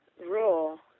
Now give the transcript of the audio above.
rule